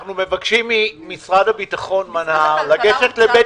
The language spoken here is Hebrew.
אנחנו מבקשים ממשרד הביטחון לגשת לבית